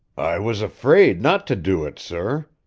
i was afraid not to do it, sir.